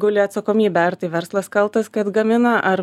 guli atsakomybė ar tai verslas kaltas kad gamina ar